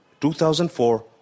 2004